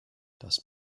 das